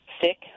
sick